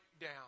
down